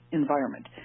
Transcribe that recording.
environment